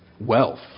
wealth